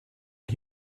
did